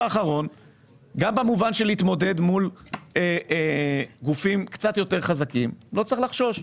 גם במובן של להתמודד מול גופים קצת יותר חזקים לא צריך לחשוש.